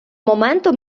моменту